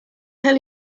tell